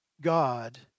God